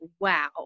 wow